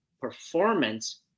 performance